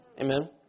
Amen